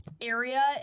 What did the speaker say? Area